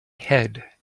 head